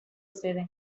sede